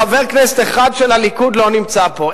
חבר כנסת אחד של הליכוד לא נמצא פה,